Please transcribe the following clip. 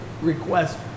request